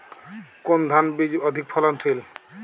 কোন ধান বীজ অধিক ফলনশীল?